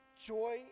Joy